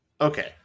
Okay